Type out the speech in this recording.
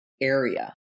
area